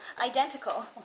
Identical